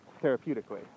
therapeutically